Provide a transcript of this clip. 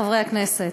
חברי חברי הכנסת,